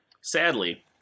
sadly